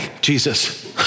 Jesus